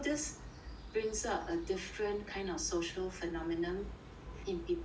brings up a different kind of social phenomenon in people